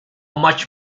much